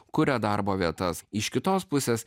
kuria darbo vietas iš kitos pusės